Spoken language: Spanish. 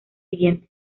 siguiente